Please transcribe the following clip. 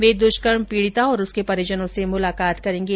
वे दृष्कर्म पीडिता और उसके परिजनों से मुलाकात करेंगे